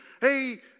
hey